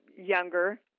younger